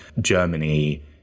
Germany